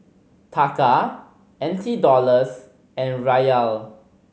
Taka N T Dollars and Riyal